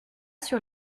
sur